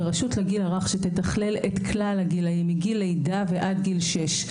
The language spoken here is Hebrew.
ברשות לגיל הרך שתתכלל את כלל הגילים מגיל לידה עד גיל שש.